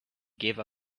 gave